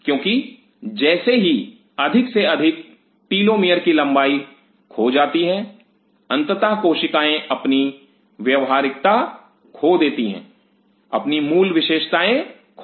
क्योंकि जैसे ही अधिक से अधिक टेलोमेयर की लंबाई खो जाती है अंततः कोशिकाएं अपनी व्यवहार्यता खो देती हैं अपनी मूल विशेषताएँ खो देती हैं